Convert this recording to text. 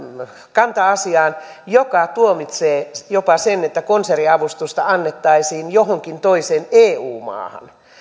kanta joka tuomitsee jopa sen että konserniavustusta annettaisiin johonkin toiseen eu maahan